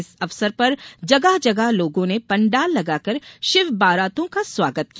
इस अवसर पर जगह जगह लोगों ने पंडाल लगाकर शिव बारातो का स्वागत किया